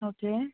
okay